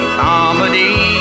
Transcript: comedy